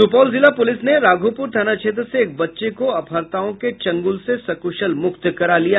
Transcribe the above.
सुपौल जिला पुलिस ने राघोपुर थाना क्षेत्र से एक बच्चे को अपहताओं के चंगुल से सकुशल मुक्त करा लिया